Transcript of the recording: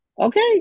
Okay